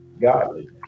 godly